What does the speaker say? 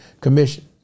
commission